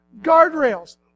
Guardrails